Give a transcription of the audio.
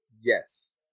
yes